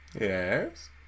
Yes